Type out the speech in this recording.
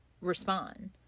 respond